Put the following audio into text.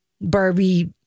Barbie